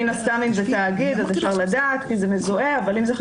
מן הסתם, אם זה תאגיד אז אפשר לדעת כי זה מזוהה.